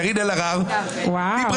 קארין אלהרר דיברה.